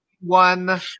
one